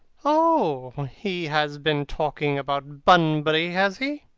oh! he has been talking about bunbury, has he?